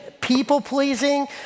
people-pleasing